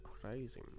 crazy